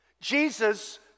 Jesus